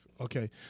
Okay